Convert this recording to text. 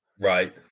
Right